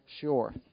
Sure